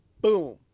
boom